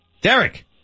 Derek